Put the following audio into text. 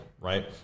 Right